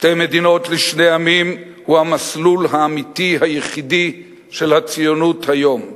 שתי מדינות לשני עמים זהו המסלול האמיתי היחידי של הציונות היום.